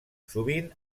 sovint